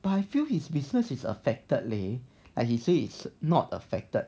but I feel his business is affected leh and he says not affected